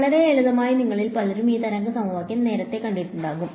വളരെ ലളിതമായി നിങ്ങളിൽ പലരും ഈ തരംഗ സമവാക്യം നേരത്തെ കണ്ടിട്ടുണ്ടാകും